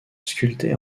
sculptés